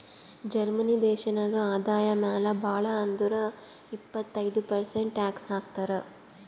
Germany ದೇಶನಾಗ್ ಆದಾಯ ಮ್ಯಾಲ ಭಾಳ್ ಅಂದುರ್ ಇಪ್ಪತ್ತೈದ್ ಪರ್ಸೆಂಟ್ ಟ್ಯಾಕ್ಸ್ ಹಾಕ್ತರ್